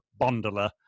Bondola